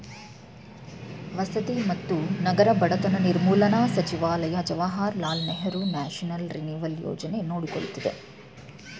ವಸತಿ ಮತ್ತು ನಗರ ಬಡತನ ನಿರ್ಮೂಲನಾ ಸಚಿವಾಲಯ ಜವಾಹರ್ಲಾಲ್ ನೆಹರು ನ್ಯಾಷನಲ್ ರಿನಿವಲ್ ಯೋಜನೆ ನೋಡಕೊಳ್ಳುತ್ತಿದೆ